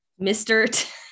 mr